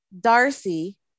Darcy